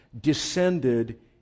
descended